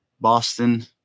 Boston